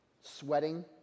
Sweating